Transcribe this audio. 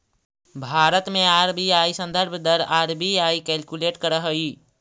भारत में आर.बी.आई संदर्भ दर आर.बी.आई कैलकुलेट करऽ हइ